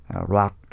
rock